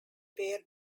bear